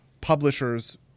publishers